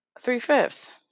three-fifths